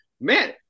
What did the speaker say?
man